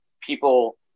people